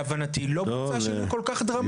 אם